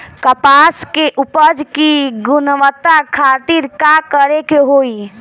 कपास के उपज की गुणवत्ता खातिर का करेके होई?